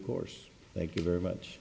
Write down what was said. course thank you very much